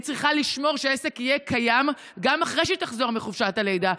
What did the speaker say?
היא צריכה לשמור שהעסק יהיה קיים גם אחרי שהיא תחזור מחופשת הלידה.